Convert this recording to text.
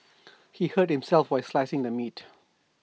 he hurt himself while slicing the meat